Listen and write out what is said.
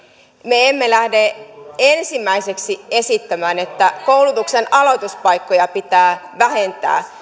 me emme lähde ensimmäiseksi esittämään että koulutuksen aloituspaikkoja pitää vähentää